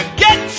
get